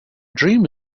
dream